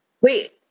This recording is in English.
Wait